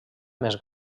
més